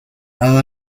haga